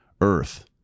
earth